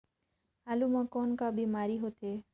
आलू म कौन का बीमारी होथे?